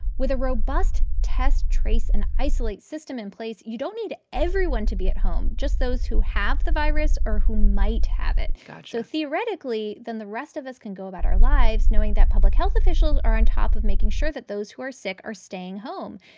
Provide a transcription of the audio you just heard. with a robust test, trace and isolate system in place, you don't need everyone to be at home just those who have the virus or who might have it got you theoretically, then, the rest of us can go about our lives knowing that public health officials are on top of making sure that those who are sick are staying home.